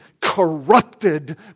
corrupted